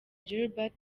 gilbert